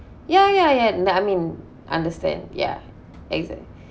ya ya ya nah I mean understand ya exact